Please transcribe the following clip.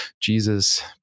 Jesus